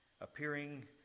appearing